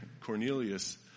Cornelius